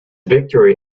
victory